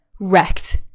wrecked